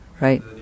right